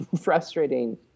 frustrating